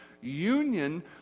union